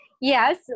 Yes